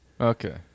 Okay